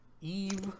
Eve